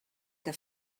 que